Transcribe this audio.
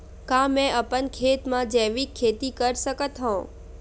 का मैं अपन खेत म जैविक खेती कर सकत हंव?